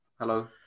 hello